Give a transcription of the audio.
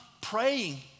praying